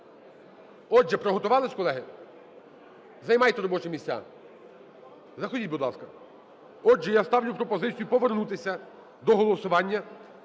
Отже, приготувалися, колеги? Займайте робочі місця, заходіть, будь ласка. Отже, я ставлю пропозицію повернутися до голосування